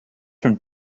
from